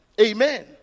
Amen